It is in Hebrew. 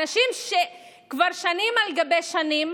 אנשים שכבר שנים על גבי שנים